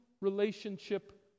relationship